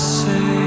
say